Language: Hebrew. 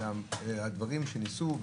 אלא הדברים שניסו,